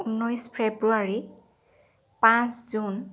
উন্নৈছ ফেব্ৰুৱাৰী পাঁচ জুন